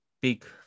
big